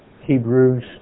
Hebrews